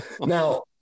Now